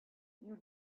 you